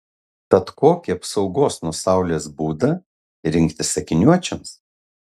tad kokį apsaugos nuo saulės būdą rinktis akiniuočiams